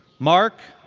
mark,